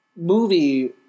movie